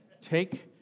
Take